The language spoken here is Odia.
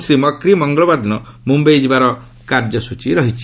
ଶ୍ରୀ ମକ୍ରି ମଙ୍ଗଳବାରଦିନ ମୁମ୍ୟାଇ ଯିବାର କାର୍ଯ୍ୟକ୍ରମ ରହିଛି